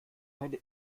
eine